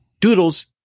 Doodles